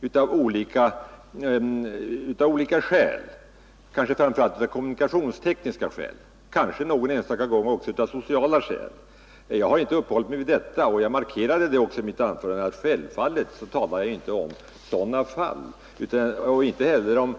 Framför allt är det kanske då kommunikationstekniska skäl som ligger bakom, men någon enstaka gång kan skälen vara bostadssociala. Jag har inte uppehållit mig vid sådana rivningar, och jag framhöll i mitt anförande att jag självfallet inte talar om sådana fall och inte heller om